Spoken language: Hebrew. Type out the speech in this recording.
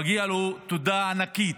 מגיעה לו תודה ענקית.